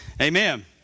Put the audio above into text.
Amen